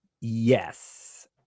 Yes